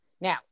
Now